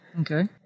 Okay